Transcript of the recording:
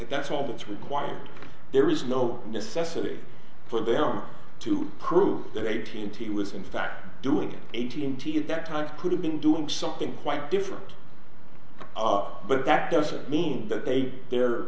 that's all that's required there is no necessity for them to prove their eighteen t was in fact doing it eighteen t at that time could have been doing something quite different but that doesn't mean that they they're